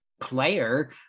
player